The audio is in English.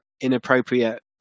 inappropriate